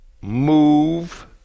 move